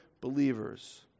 believers